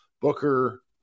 Booker